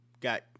got